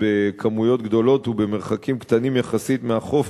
בכמויות גדולות ובמרחקים קטנים יחסית מהחוף,